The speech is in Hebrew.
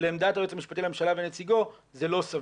לעמדת היועץ המשפטי לממשלה ונציגו זה לא סביר.